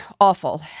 awful